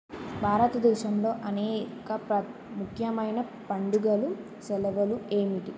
భారతదేశంలో అనేక ప్ర ముఖ్యమైన పండుగలు సెలవలు ఏమిటి